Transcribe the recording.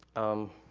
um,